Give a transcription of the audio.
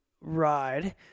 ride